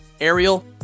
Ariel